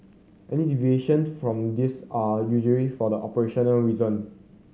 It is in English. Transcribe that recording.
any deviation from these are usually for the operational reason